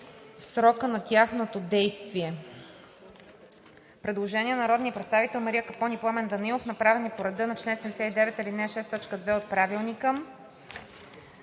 срока на тяхното действие“.“